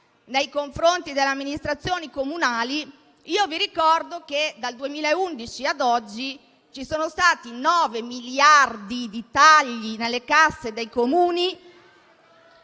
nei confronti delle amministrazioni comunali: io vi ricordo che, dal 2011 ad oggi, ci sono stati 9 miliardi di tagli nelle casse dei Comuni.